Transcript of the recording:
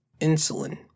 insulin